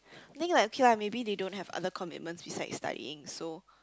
I think like okay lah maybe they don't have other commitments beside studying so